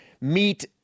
meet